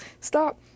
Stop